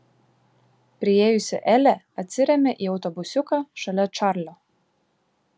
priėjusi elė atsirėmė į autobusiuką šalia čarlio